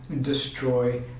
destroy